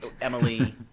Emily